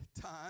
time